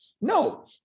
No